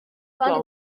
kandi